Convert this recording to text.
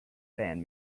band